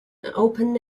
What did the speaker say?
open